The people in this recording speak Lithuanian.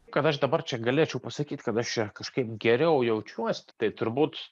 kad aš dabar čia galėčiau pasakyt kad aš čia kažkaip geriau jaučiuosi tai turbūt